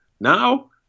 Now